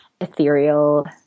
ethereal